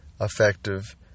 effective